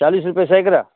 चालीस रुपए सैकड़ा